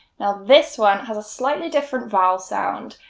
now this one has a slightly different vowel sound.